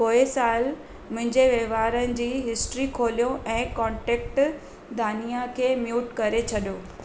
पोइ साल मुंहिंजे वहिंवारनि जी हिस्ट्री खोलियो ऐं कोन्टेक्ट दानिआ खे म्यूट करे छॾियो